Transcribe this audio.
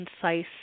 concise